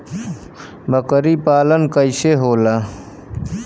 बकरी पालन कैसे होला?